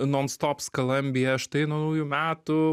non stop skalambija štai nuo naujų metų